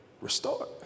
restore